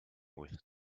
with